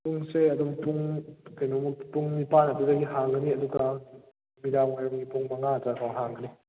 ꯄꯨꯡꯁꯦ ꯑꯗꯨꯝ ꯄꯨꯡ ꯀꯩꯅꯣ ꯃꯨꯛ ꯄꯨꯡ ꯅꯤꯄꯥꯜ ꯑꯗꯨꯗꯒ ꯍꯥꯡꯒꯅꯤ ꯑꯗꯨꯒ ꯅꯨꯃꯤꯗꯥꯡ ꯋꯥꯏꯔꯝꯒꯤ ꯄꯨꯡ ꯃꯪꯉꯥ ꯑꯗꯥꯏ ꯐꯥꯎ ꯍꯥꯡꯒꯅꯤ